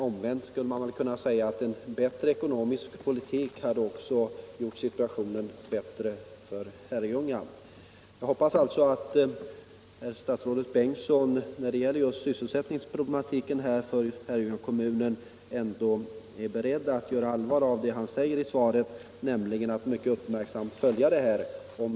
Omvänt kan man säga att en bättre ekonomisk politik hade gjort situationen bättre för Herrljunga. Jag hoppas att statsrådet Bengtsson infriar löftet i svaret, nämligen att uppmärksamt följa denna fråga.